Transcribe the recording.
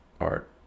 Art